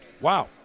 Wow